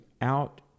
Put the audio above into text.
out